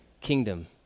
kingdom